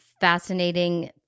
fascinating